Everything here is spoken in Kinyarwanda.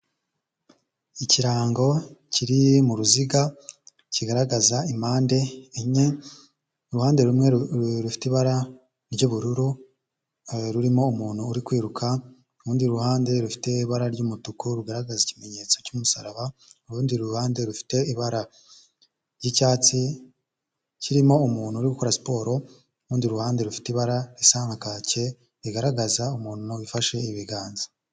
Ikirango kiri mu ruziga, kigaragaza impande enye, uruhande rumwe rufite ibara ry'ubururu, rurimo umuntu uri kwiruka, urundi ruhande rufite ibara ry'umutuku rugaragaza ikimenyetso cy'umusaraba, urundi ruhande rufite ibara ry'icyatsi kirimo umuntu uri gukora siporo, urundi ruhande rufite ibara risa kake rigaragaza umuntu wifashe ibiganza.